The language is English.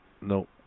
No